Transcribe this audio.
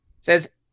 says